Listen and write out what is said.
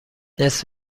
نصف